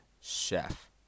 chef